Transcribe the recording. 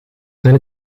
zijn